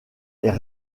est